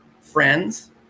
friends